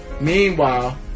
Meanwhile